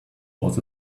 was